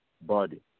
body